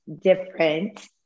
different